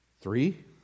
Three